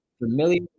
familiar